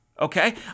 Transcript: Okay